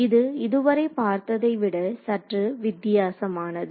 இது இதுவரை பார்த்ததை விட சற்று வித்தியாசமானது